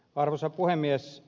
arvoisa puhemies